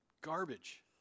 Garbage